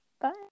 Bye